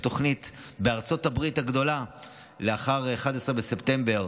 התוכנית בארצות הברית הגדולה לאחר 11 בספטמבר,